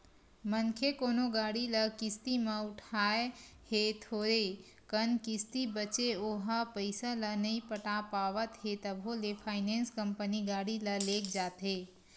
मनखे कोनो गाड़ी ल किस्ती म उठाय हे थोरे कन किस्ती बचें ओहा पइसा ल नइ पटा पावत हे तभो ले फायनेंस कंपनी गाड़ी ल लेग जाथे